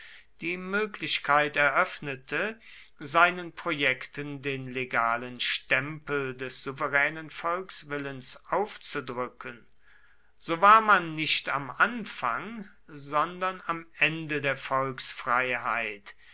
die möglichkeit eröffnete seinen projekten den legalen stempel des souveränen volkswillens aufzudrücken so war man nicht am anfang sondern am ende der